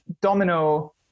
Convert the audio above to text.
domino